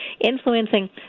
influencing